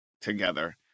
together